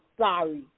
sorry